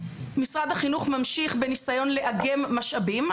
משרד החינוך ממשיך בניסיון לאגם משאבים.